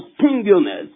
singleness